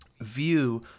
view